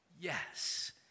yes